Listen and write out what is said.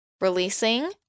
releasing